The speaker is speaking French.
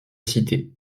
cité